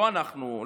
לא אנחנו,